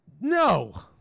no